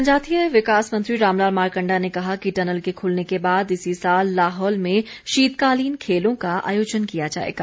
जनजातीय विकास मंत्री रामलाल मारकंडा ने कहा कि टनल के खुलने के बाद इसी साल लाहौल में शीतकालीन खेलों का आयोजन किया जाएगा